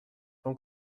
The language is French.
pan